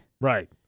Right